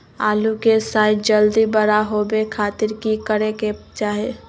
आलू के साइज जल्दी बड़ा होबे खातिर की करे के चाही?